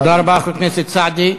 תודה רבה לחבר הכנסת סעדי.